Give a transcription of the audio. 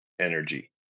energy